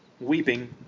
weeping